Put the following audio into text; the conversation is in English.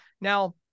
Now